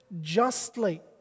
justly